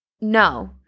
no